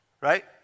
right